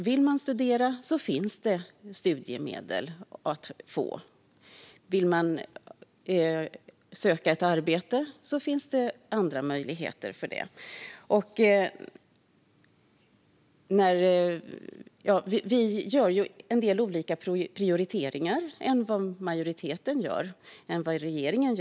Vill man studera finns det studiemedel att få. Vill man söka ett arbete finns det andra möjligheter för det. Vi gör en del andra prioriteringar än majoriteten och regeringen.